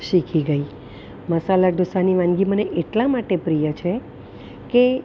શીખી ગઈ મસાલા ઢોસાની વાનગી મને એટલા માટે પ્રિય છે કે